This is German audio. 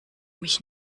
mich